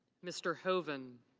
mr. hoven.